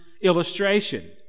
illustration